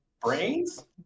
brains